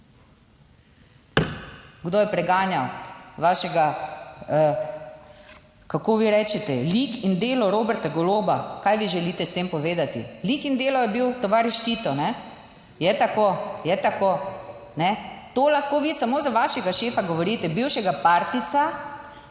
Kdo je preganjal vašega, kako vi rečete, lik in delo Roberta Goloba? Kaj vi želite s tem povedati? Lik in delo je bil tovariš Tito. Ne, je tako, je tako. Ne, to lahko vi samo za vašega šefa govorite, bivšega partijca,